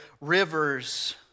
rivers